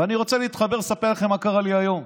ואני רוצה לספר לכם מה קרה לי היום.